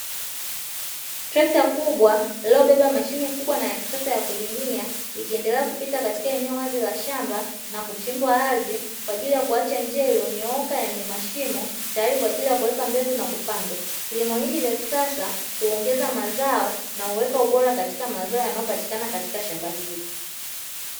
Trekta kubwa lililobeba mashine kubwa na ya kisasa ya kulimia likiendelea kupita katika eneo la wazi la shamba na kuchimba ardhi kwa jaili ya kuacha njia iliyonyooka na yenye mashimo, tayari kwa ajili ya kuweka mbegu na kupandwa. Kilimo hiki cha kisasa huongeza mazao na huweka ubora wa mazao yanayopatikana katika shamba hili.